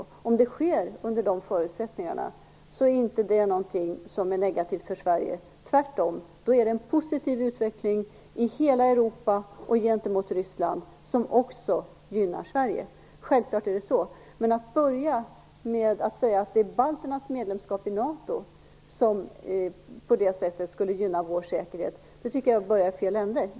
Om det sker under de förutsättningarna är det inte någonting som är negativt för Sverige. Tvärtom innebär det en positiv utveckling i hela Europa och gentemot Ryssland, som också gynnar Sverige. Självklart är det så. Men att börja med att säga att det är balternas medlemskap i NATO som skulle gynna vår säkerhet tycker jag är att börja i fel ände.